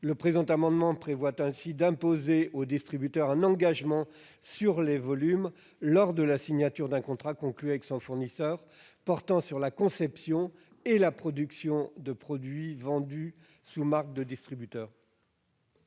Le présent amendement vise donc à imposer au distributeur un engagement sur les volumes lors de la signature d'un contrat conclu avec son fournisseur. Celui-ci portera sur la conception et la production de produits vendus sous marque de distributeur.